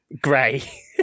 gray